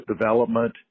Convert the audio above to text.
development